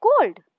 cold